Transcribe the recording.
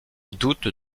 doute